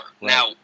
Now